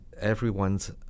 everyone's